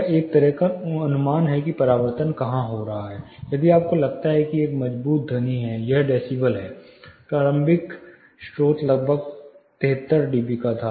यह एक तरह का अनुमान है कि परावर्तन कहां हो रहा है यदि आपको लगता है कि एक मजबूत ध्वनि है यह डेसीबल है प्रारंभिक स्रोत लगभग 73 डीबी था